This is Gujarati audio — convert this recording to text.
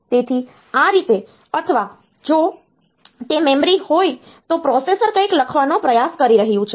તેથી આ રીતે અથવા જો તે મેમરી હોય તો પ્રોસેસર કંઈક લખવાનો પ્રયાસ કરી રહ્યું છે